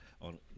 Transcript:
on